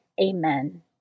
Amen